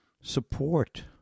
support